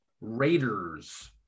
raiders